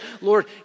Lord